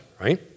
right